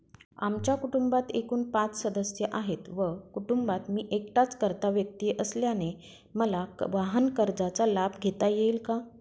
आमच्या कुटुंबात एकूण पाच सदस्य आहेत व कुटुंबात मी एकटाच कर्ता व्यक्ती असल्याने मला वाहनकर्जाचा लाभ घेता येईल का?